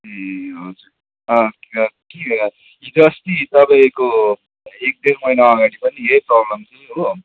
ए हजुर अँ अँ के हिजो अस्ति तपाईँको एक डेढ महिनाअगाडि पनि यै प्रब्लम थियो हो